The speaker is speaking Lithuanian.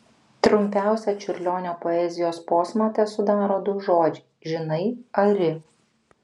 trumpiausią čiurlionio poezijos posmą tesudaro du žodžiai žinai ari